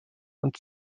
und